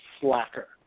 slacker